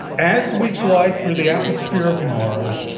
as we fly through the atmosphere of mars,